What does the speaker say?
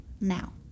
now